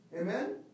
Amen